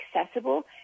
accessible